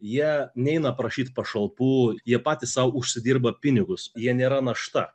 jie neina prašyt pašalpų jie patys sau užsidirba pinigus jie nėra našta